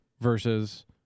versus